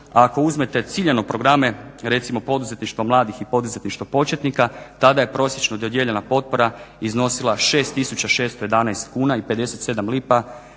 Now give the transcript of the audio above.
ako uzmete ciljano programe, recimo poduzetništvo mladih i poduzetništvo početnika tada je prosječno dodijeljena potpora iznosila 6611,57 kuna